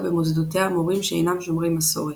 במוסדותיה מורים שאינם שומרי מסורת.